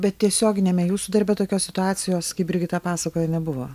bet tiesioginiame jūsų darbe tokios situacijos kaip brigita pasakoja nebuvo